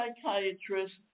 psychiatrist